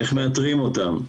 איך מאתרים אותם?